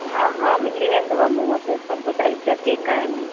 हा हा मिली वेंदव मूं वटि सभु टाइप जा केक आहिनि